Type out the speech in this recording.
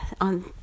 on